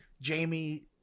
Jamie